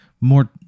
more